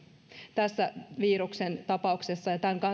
tässä viruksen tapauksessa ja tämän